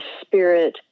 spirit